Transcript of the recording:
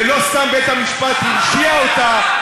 ולא סתם בית-המשפט הרשיע אותה,